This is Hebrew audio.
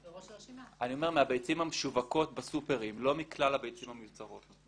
אני מדבר על הביצים המשווקות בסופרמרקטים ולא מכלל הביצים המיוצרות.